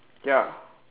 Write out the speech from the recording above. ya